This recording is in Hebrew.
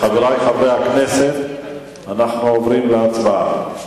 חברי חברי הכנסת, אנחנו עוברים להצבעה.